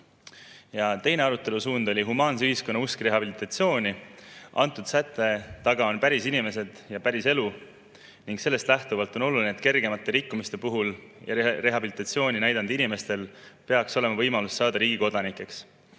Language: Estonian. Teine arutelusuund oli humaanse ühiskonna usk rehabilitatsiooni. Antud sätte taga on päris inimesed ja päris elu ning sellest lähtuvalt on oluline, et kergemate rikkumiste puhul ja rehabilitatsiooni näidanud inimestel peaks olema võimalus saada riigi kodanikeks.